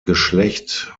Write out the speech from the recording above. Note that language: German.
geschlecht